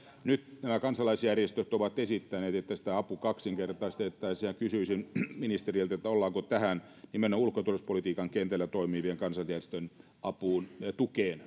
nyt nämä kansalaisjärjestöt ovat esittäneet että sitä apua kaksinkertaistettaisiin kysyisin ministeriltä että ollaanko tähän nimenomaan ulko ja turvallisuuspolitiikan kentällä toimivien kansanjärjestöjen apuun tukeen